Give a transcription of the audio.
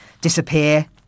disappear